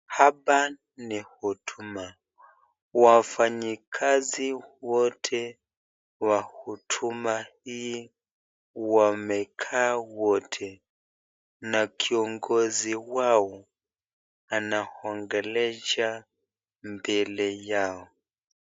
Hapa ni huduma, wafanyi kazi wote wa huduma hii wamekaa wote, na kiongozi wao anaongelesha mbele yao.